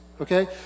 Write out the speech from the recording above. okay